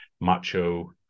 macho